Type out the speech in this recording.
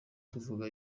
tuvuga